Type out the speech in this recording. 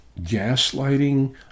gaslighting